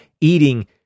eating